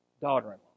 daughter-in-law